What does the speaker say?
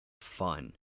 fun